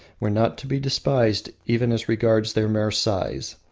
were not to be despised even as regards their mere size.